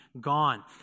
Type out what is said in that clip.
gone